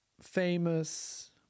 famous